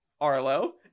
Arlo